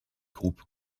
groupes